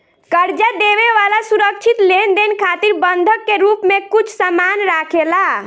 कर्जा देवे वाला सुरक्षित लेनदेन खातिर बंधक के रूप में कुछ सामान राखेला